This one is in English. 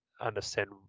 understand